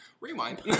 rewind